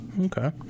Okay